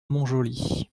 montjoly